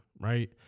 right